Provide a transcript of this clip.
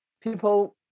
People